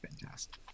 fantastic